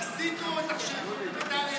תסיטו את, לצבא.